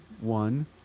one